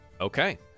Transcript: Okay